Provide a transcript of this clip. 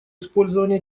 использования